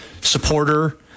supporter